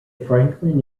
franklin